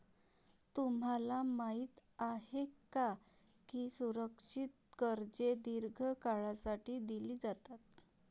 तुम्हाला माहित आहे का की सुरक्षित कर्जे दीर्घ काळासाठी दिली जातात?